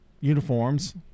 uniforms